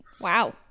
Wow